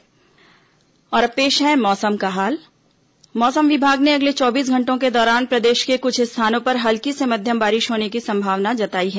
मौसम अब पेश है मौसम का हाल मौसम विभाग ने अगले चौबीस घंटों के दौरान प्रदेश के कुछ स्थानों पर हल्की से मध्यम बारिश होने की संभावना जताई है